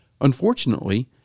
Unfortunately